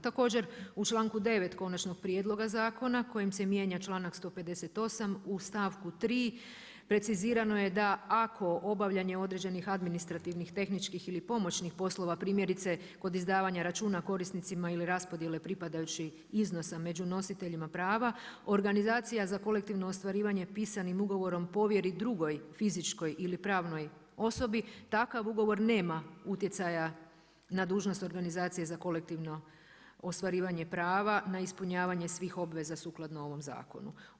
Također u članku 9. konačnog prijedloga zakona kojim se mijenja članak 158. u stavku 3. precizirano je da ako obavljanje određenih administrativnih, tehničkih ili pomoćnih poslova primjerice kod izdavanja računa korisnicima ili raspodjele pripadajućih iznosa među nositeljima prava organizacija za kolektivno ostvarivanje pisanim ugovorom povjeri drugoj fizičkoj ili pravnoj osobi takav ugovor nema utjecaja na dužnost organizacije za kolektivno ostvarivanje prava, na ispunjavanje svih obveza sukladno ovom zakona.